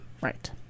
right